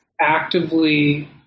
actively